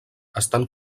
estan